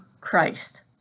Christ